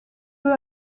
peu